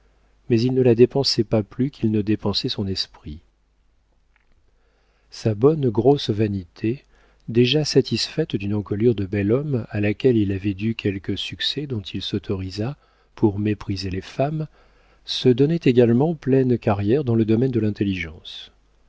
mais il ne la dépensait pas plus qu'il ne dépensait son esprit sa bonne grosse vanité déjà satisfaite d'une encolure de bel homme à laquelle il avait dû quelques succès dont il s'autorisa pour mépriser les femmes se donnait également pleine carrière dans le domaine de l'intelligence